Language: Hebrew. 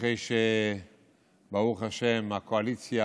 אחרי שהקואליציה,